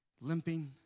limping